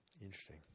Interesting